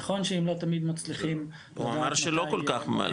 נכון שאם לא תמיד מצליחים לדעת מתי --- הוא אמר שלא כל כך מצליחים.